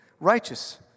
Righteous